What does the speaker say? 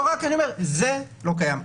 זה לא קיים.